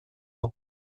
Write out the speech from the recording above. ans